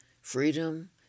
Freedom